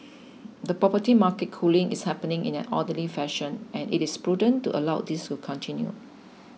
the property market cooling is happening in an orderly fashion and it is prudent to allow this to continue